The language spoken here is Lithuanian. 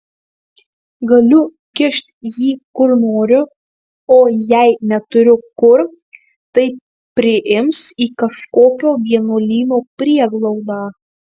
galiu kišt jį kur noriu o jei neturiu kur tai priims į kažkokio vienuolyno prieglaudą